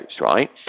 right